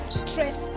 stress